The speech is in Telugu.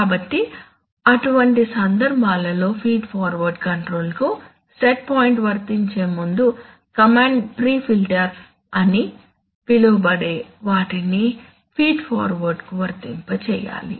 కాబట్టి అటువంటి సందర్భాలలో ఫీడ్ ఫార్వర్డ్ కంట్రోలర్కు సెట్ పాయింట్ వర్తించే ముందు కమాండ్ ప్రీ ఫిల్టర్ అని పిలువబడే వాటిని ఫీడ్ ఫార్వర్డ్కు వర్తింపజేయాలి